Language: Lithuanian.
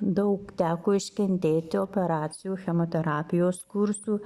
daug teko iškentėti operacijų chemoterapijos kursų